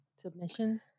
Submissions